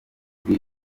kuri